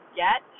get